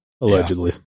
Allegedly